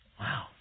Wow